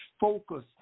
focus